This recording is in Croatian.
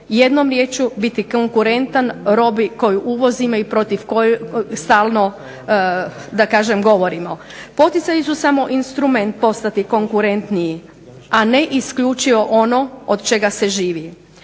Jednom riječju biti konkurentan robi koju uvozimo i protiv koje stalno da kažem govorimo. Poticaji su samo instrument postati konkurentniji, a ne isključivo ono od čega se živi.